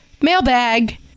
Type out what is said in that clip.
mailbag